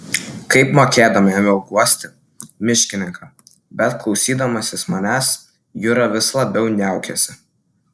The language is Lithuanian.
kaip mokėdama ėmiau guosti miškininką bet klausydamasis manęs jura vis labiau niaukėsi